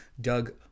Doug